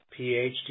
PhD